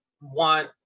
want